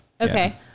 Okay